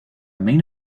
main